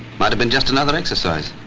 might have been just another exercise.